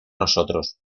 nosotros